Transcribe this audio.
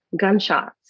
gunshots